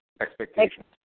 expectations